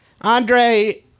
Andre